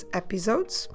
episodes